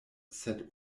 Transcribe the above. sed